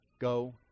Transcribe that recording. Go